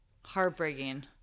Heartbreaking